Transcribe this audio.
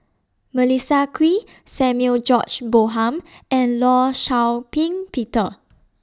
Melissa Kwee Samuel George Bonham and law Shau Ping Peter